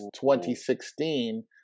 2016